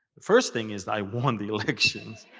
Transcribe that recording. first thing is, i won the election,